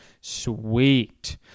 sweet